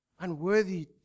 unworthy